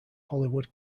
hollywood